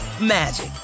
magic